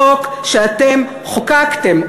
חוק שאתם חוקקתם,